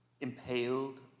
impaled